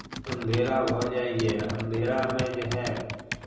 अन्धेरा भऽ जाइए अन्धेरामे जे हए